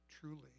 Truly